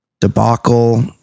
debacle